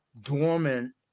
dormant